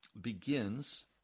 begins